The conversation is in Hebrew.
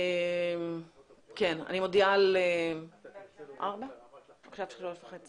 אם אנחנו הולכים בכל זאת על המתווה של ההארכה של הבקשה של משרד הפנים,